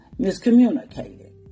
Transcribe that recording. miscommunicated